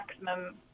maximum